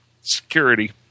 security